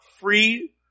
free